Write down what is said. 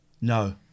No